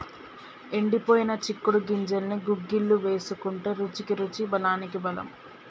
ఎండిపోయిన చిక్కుడు గింజల్ని గుగ్గిళ్లు వేసుకుంటే రుచికి రుచి బలానికి బలం